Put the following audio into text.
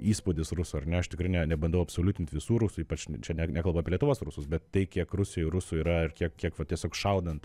įspūdis rusų ar ne aš tikrai ne nebandau absoliutint visų rusų ypač čia net nekalbu apie lietuvos rusus bet tai kiek rusijoj rusų yra ir kiek kiek va tiesiog šaunant